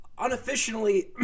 Unofficially